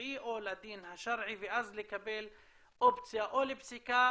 האזרחי או לדין השרעי ואז לקבל אופציה או לפסיקה,